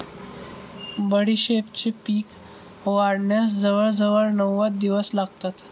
बडीशेपेचे पीक वाढण्यास जवळजवळ नव्वद दिवस लागतात